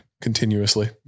continuously